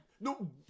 No